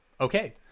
Okay